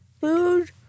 food